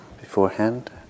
beforehand